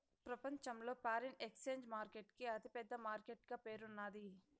ప్రపంచంలో foreign exchange market కి అతి పెద్ద మార్కెట్ గా పేరున్నాది